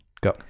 go